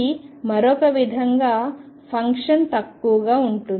ఇది మరొక విధంగా ఫంక్షన్ తక్కువగా ఉంటుంది